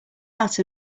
out